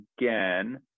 again